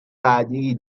بعدیای